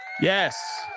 yes